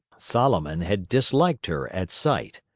solomon had disliked her at sight.